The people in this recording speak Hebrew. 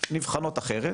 נבחנות אחרת,